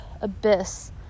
abyss